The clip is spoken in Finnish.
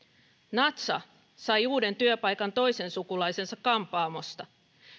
natcha sai uuden työpaikan toisen sukulaisensa kampaamosta